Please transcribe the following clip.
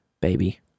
baby